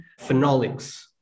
phenolics